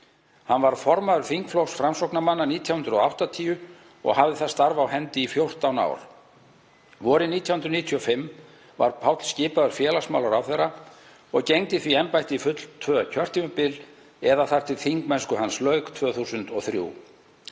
Hann varð formaður þingflokks Framsóknarmanna 1980 og hafði það starf á hendi í 14 ár. Vorið 1995 var Páll skipaður félagsmálaráðherra og gegndi því embætti í full tvö kjörtímabil eða þar til þingmennsku hans lauk 2003.